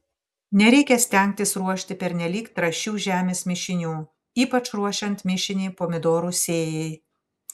nereikia stengtis ruošti pernelyg trąšių žemės mišinių ypač ruošiant mišinį pomidorų sėjai